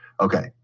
Okay